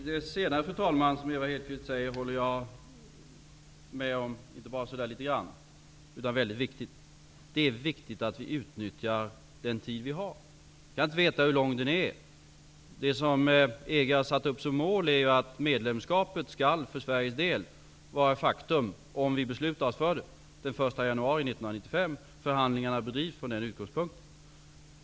Fru talman! Det som Ewa Hedkvist Petersen sade nu på slutet håller jag med om inte bara litet grand, utan helt och hållet -- detta är något väldigt viktigt. Det är viktigt att vi utnyttjar den tid vi har. Vi kan inte veta hur lång den är. Det EG har satt upp som mål är att medlemskapet för Sveriges del, om vi beslutar oss för det, skall vara ett faktum den 1 januari 1995. Förhandlingarna bedrivs från den utgångspunkten.